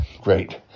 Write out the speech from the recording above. great